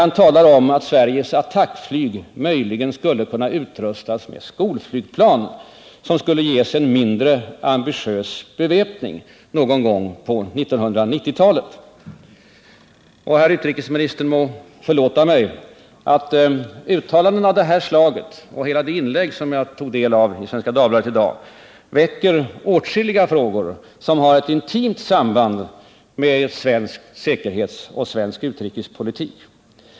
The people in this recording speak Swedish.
Han talar där om att Sveriges attackflyg möjligen skulle kunna utrustas med skolflygplan, som skulle ges en mindre ambitiös beväpning, någon gång på 1990-talet. Herr utrikesministern må förlåta mig, men uttalanden av det här slaget och hela det inlägg som försvarsministern gör i Svenska Dagbladet i dag väcker åtskilliga frågor som har ett intimt samband med svensk säkerhetsoch utrikespolitik.